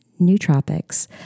nootropics